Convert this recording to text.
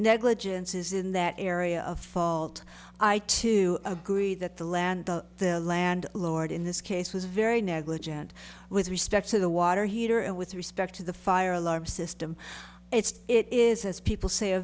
negligence is in that area of fault i too agree that the land the land lord in this case was very negligent with respect to the water heater and with respect to the fire alarm system it's it is as people say a